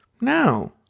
no